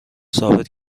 ثابت